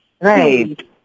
Right